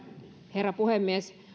herra puhemies